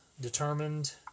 determined